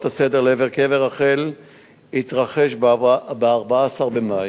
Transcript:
הסדר לעבר קבר רחל התרחש ב-14 במאי.